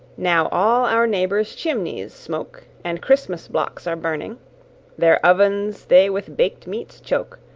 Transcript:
now all our neighbours' chimneys smoke, and christmas blocks are burning their ovens they with bak't meats choke,